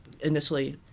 initially